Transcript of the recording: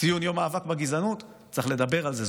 ציון יום מאבק בגזענות, צריך לדבר על זה.